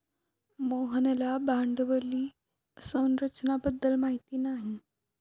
मोहनला भांडवली संरचना बद्दल माहिती नाही